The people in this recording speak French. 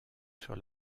sur